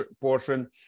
portion